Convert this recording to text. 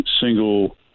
single